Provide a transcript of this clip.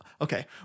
Okay